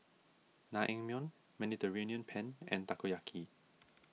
Naengmyeon Mediterranean Penne and Takoyaki